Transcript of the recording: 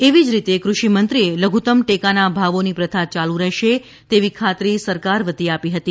એવી જ રીતે કૃષિમંત્રીએ લધુત્તમ ટેકાના ભાવોની પ્રથા ચાલુ રહેશે તેવી ખાતરી સરકાર વતી આપી હતી